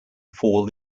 fall